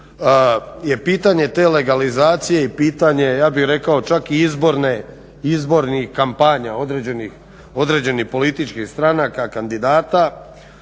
je pitanje te legalizacije i pitanje ja bih rekao čak i izbornih kampanja određenih političkih stranaka, kandidata,